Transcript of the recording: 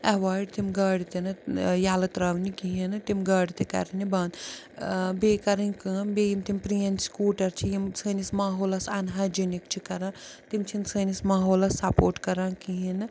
avoid تِم گاڑِ تہِ نہٕ ٲں یَلہٕ ترٛاونہِ کِہیٖنۍ نہٕ تِم گاڑِ تہِ کَرنہِ بنٛد ٲں بیٚیہِ کَرٕنۍ کٲم بیٚیہِ یِم تِم پرٛینۍ سکوٗٹر چھِ یِم سٲنِس ماحولَس اَن ہایجینِک چھِ کَران تِم چھِنہٕ سٲنِس ماحولَس سَپورٹ کَران کِہیٖنۍ نہٕ